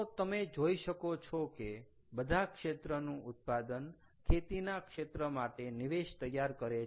તો તમે જોઈ શકો છો કે બધા ક્ષેત્રનું ઉત્પાદન ખેતીના ક્ષેત્ર માટે નિવેશ તૈયાર કરે છે